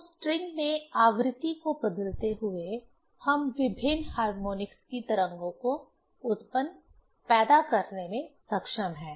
तो स्ट्रिंग में आवृत्ति को बदलते हुए हम विभिन्न हार्मोनिक्स की तरंगों को उत्पन्न पैदा करने में सक्षम हैं